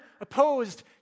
opposed